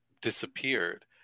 disappeared